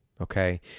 Okay